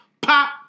pop